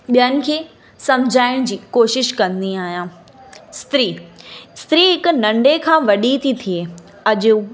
ॿियनि खे सम्झाइण जी कोशिशि कंदी आहियां स्त्री स्त्री हिक नंढे खां वॾी थी थिए अॼु